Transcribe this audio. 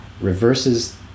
reverses